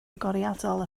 agoriadol